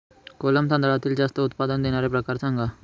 कोलम तांदळातील जास्त उत्पादन देणारे प्रकार सांगा